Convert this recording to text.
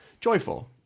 Joyful